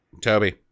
Toby